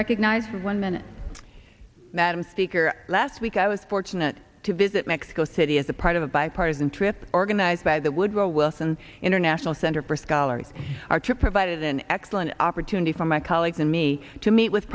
recognized one minute madam speaker last week i was fortunate to visit mexico city as a part of a bipartisan trip organized by the woodrow wilson international center for scholars our trip provided an excellent opportunity for my colleagues and me to meet with